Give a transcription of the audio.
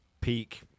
peak